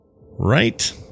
right